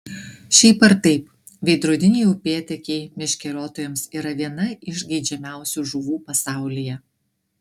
šiaip ar taip veidrodiniai upėtakiai meškeriotojams yra viena iš geidžiamiausių žuvų pasaulyje